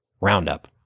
roundup